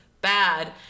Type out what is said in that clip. bad